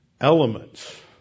elements